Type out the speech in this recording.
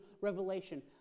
Revelation